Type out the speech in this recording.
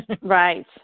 Right